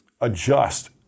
adjust